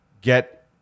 Get